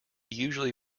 usually